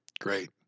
Great